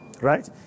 Right